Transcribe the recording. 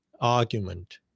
argument